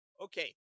Okay